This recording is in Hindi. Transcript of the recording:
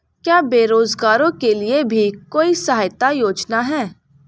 क्या बेरोजगारों के लिए भी कोई सहायता योजना है?